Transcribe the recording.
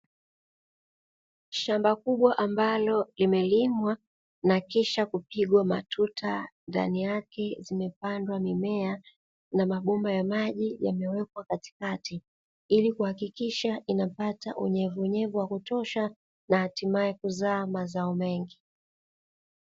Shamba kubwa ambalo limelimwa na kisha kupigwa matuta ndani yake zimepandwa mimea na mabomba ya maji, yamewekwa katikati ili kuhakikisha inapata unyevuunyevu wa kutosha na hatimae kuzaa mazao mengi.